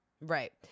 right